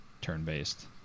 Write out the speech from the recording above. turn-based